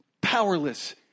powerless